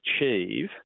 achieve